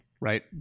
right